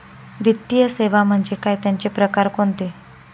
वित्तीय सेवा म्हणजे काय? त्यांचे प्रकार कोणते?